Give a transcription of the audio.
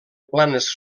planes